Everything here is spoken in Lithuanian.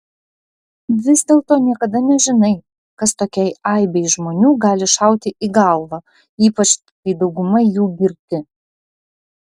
vis dėlto niekada nežinai kas tokiai aibei žmonių gali šauti į galvą ypač kai dauguma jų girti